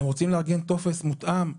אתם רוצים לארגן טופס מותאם?